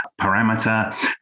parameter